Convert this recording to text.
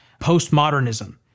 postmodernism